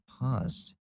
paused